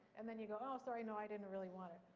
and then you go, oh, sorry, no, i didn't really want it.